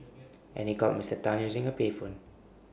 and he called Mister Tan using A payphone